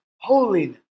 holiness